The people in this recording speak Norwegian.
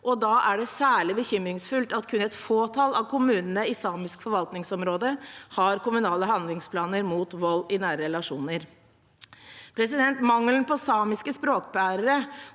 Da er det særlig bekymringsfullt at kun et fåtall av kommunene i samisk forvaltningsområde har kommunale handlingsplaner mot vold i nære relasjoner. Mangelen på samiske språkbærere